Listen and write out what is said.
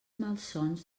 malsons